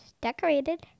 decorated